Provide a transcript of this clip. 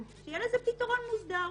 שיהיה לזה פתרון מוסדר.